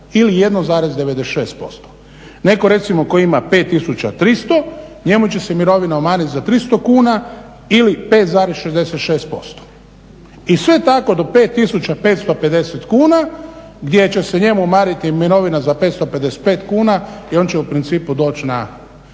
ili 1,96%. Netko recimo tko ima 5300 njemu će se mirovina umanjit za 300 kuna ili 5,66% i sve tako do 5555 kuna gdje će se njemu umanjiti mirovina za 555 kuna i on će u principu doći na